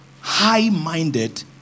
high-minded